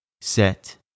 set